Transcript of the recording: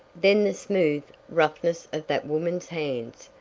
then the smooth-roughness of that woman's hands,